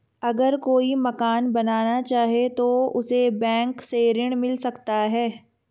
अगर कोई मकान बनाना चाहे तो उसे बैंक से ऋण मिल सकता है?